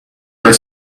are